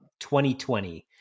2020